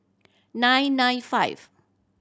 nine nine five